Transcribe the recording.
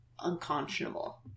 unconscionable